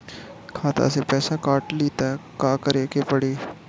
खाता से पैसा काट ली त का करे के पड़ी?